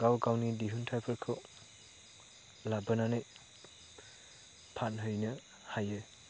गाव गावनि दिहुन्थायफोरखौ लाबोनानै फानहैनो हायो